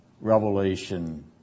revelation